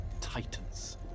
titans